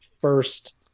first